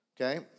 Okay